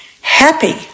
happy